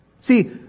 See